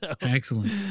Excellent